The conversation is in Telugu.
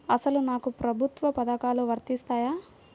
అసలు నాకు ప్రభుత్వ పథకాలు వర్తిస్తాయా?